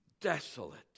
Desolate